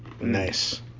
nice